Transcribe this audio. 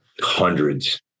hundreds